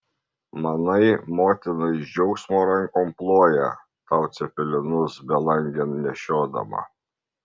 manai motina iš džiaugsmo rankom ploja tau cepelinus belangėn nešiodama